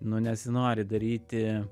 nu nesinori daryti